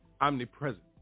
omnipresent